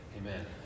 Amen